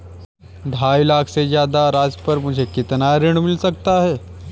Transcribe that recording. ढाई लाख से ज्यादा राशि पर मुझे कितना ऋण मिल सकता है?